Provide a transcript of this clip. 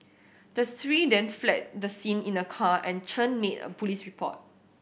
the three then fled the scene in a car and Chen made a police report